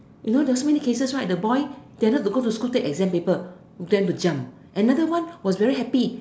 you know there's so many cases right the boy go to school to take exam paper then to jump and another one was very happy